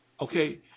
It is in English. Okay